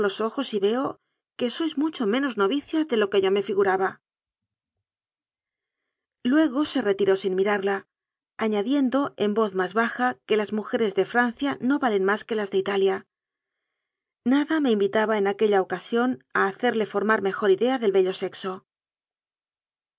ojos y veo que sois mucho menos novicia de lo que yo me figuraba r luego se retiró sin mirarla añadiendo en voz más baja que las mujeres de francia no valen más que las de italia nada me invitaba en aque lla ocasión a hacerle formar mejor idea del bello sexo